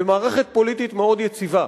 במערכת פוליטית מאוד יציבה.